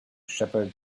shepherd